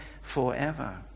forever